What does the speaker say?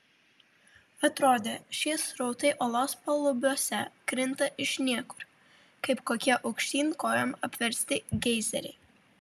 atrodė šie srautai olos palubiuose krinta iš niekur kaip kokie aukštyn kojom apversti geizeriai